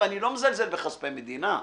ואני לא מזלזל בכספי מדינה,